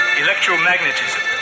electromagnetism